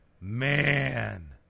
Man